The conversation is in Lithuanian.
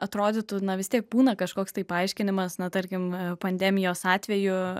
atrodytų na vis tiek būna kažkoks tai paaiškinimas na tarkim pandemijos atveju